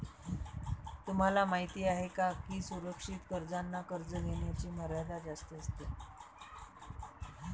तुम्हाला माहिती आहे का की सुरक्षित कर्जांना कर्ज घेण्याची मर्यादा जास्त असते